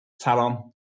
Talon